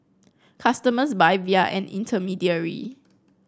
customers buy via an intermediary